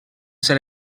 ser